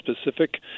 specific